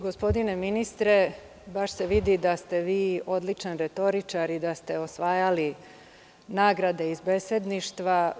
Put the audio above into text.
Gospodine ministre, baš se vidi da ste vi odličan retoričar i da ste osvajali nagrade iz besedništva.